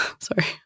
sorry